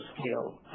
scale